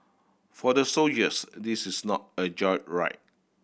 for the soldiers this is not a joyride